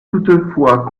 toutefois